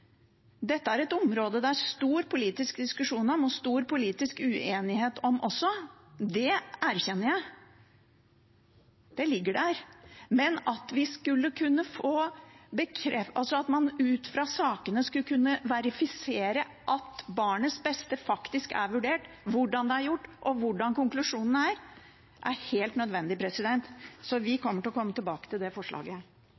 Dette er et område som det er stor politisk diskusjon om og stor politisk uenighet om også. Det erkjenner jeg. Det ligger der, men at man ut fra sakene skulle kunne verifisere at barnets beste faktisk er vurdert, hvordan det er gjort, og hvordan konklusjonene er, er helt nødvendig.